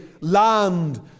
land